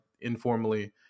informally